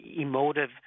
emotive